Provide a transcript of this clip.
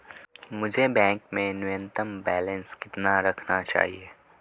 मुझे बैंक में न्यूनतम बैलेंस कितना रखना चाहिए?